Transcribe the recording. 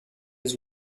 des